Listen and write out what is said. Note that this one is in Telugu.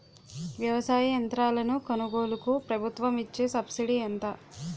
వ్యవసాయ యంత్రాలను కొనుగోలుకు ప్రభుత్వం ఇచ్చే సబ్సిడీ ఎంత?